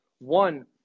One